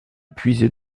puiser